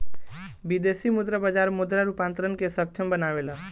विदेशी मुद्रा बाजार मुद्रा रूपांतरण के सक्षम बनावेला